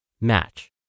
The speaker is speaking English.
Match